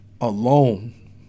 alone